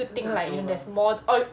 think like you know there's more